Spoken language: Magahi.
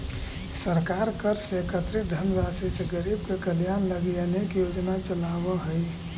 सरकार कर से एकत्रित धनराशि से गरीब के कल्याण लगी अनेक योजना चलावऽ हई